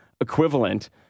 equivalent